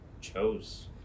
chose